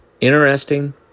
interesting